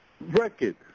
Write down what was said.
record